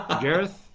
Gareth